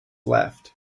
left